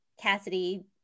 Cassidy